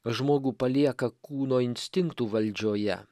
žmogų palieka kūno instinktų valdžioje